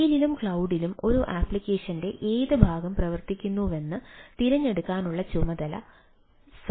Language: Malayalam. മൊബൈലിലും ക്ലൌഡിലും ഒരു അപ്ലിക്കേഷന്റെ ഏത് ഭാഗം പ്രവർത്തിക്കുന്നുവെന്ന് തിരഞ്ഞെടുക്കാനുള്ള ചുമതല സോൾവറിനുണ്ട്